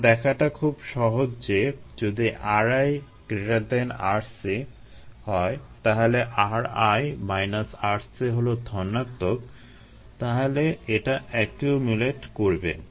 এটা দেখাটা খুবই সহজ যে যদি rirc সুতরাং ri rc হলো ধনাত্মক তাহলে এটা একিউমুলেট করবে